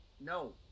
No